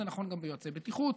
זה נכון גם אצל יועצי בטיחות,